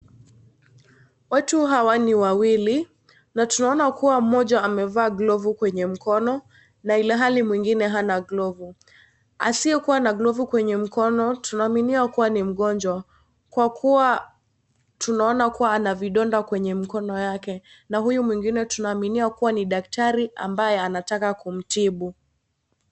Watu hawa ni wawili, na tunaona kuwa mmoja amevaa glovu kwenye mkono, na ilhali mwingine hana glovu. Asiyekuwa na glovu kwenye mkono tunaaminia kuwa ni mgonjwa, kwa kuwa tunaona kuwa ana vidonda kwenye mkono yake, na huyu mwingine tunaaminia kuwa ni daktari ambaye anataka kumtibu.